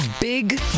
big